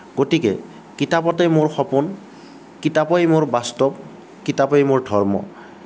গতিকে কিতাপতেই মোৰ সপোন কিতাপেই মোৰ বাস্তৱ কিতাপেই মোৰ ধৰ্ম